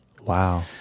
Wow